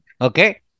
okay